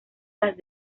las